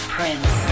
Prince